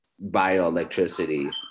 bioelectricity